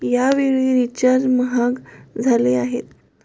यावेळी रिचार्ज महाग झाले आहेत